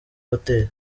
hoteli